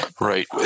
Right